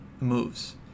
moves